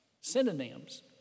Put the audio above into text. synonyms